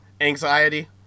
anxiety